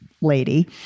lady